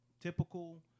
typical